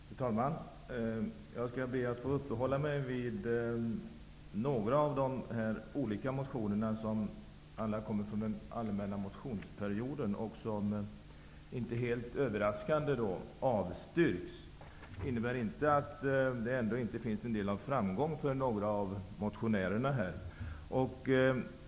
Fru talman! Jag skall be att få uppehålla mig vid några av de motioner som har väckts under den allmänna motionstiden och som inte helt överraskande avstyrks av utskottet. Det innebär inte att inte några av motionärerna har haft en viss framgång.